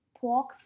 pork